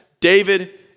David